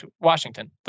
Washington